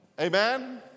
Amen